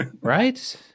right